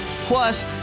Plus